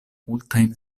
multajn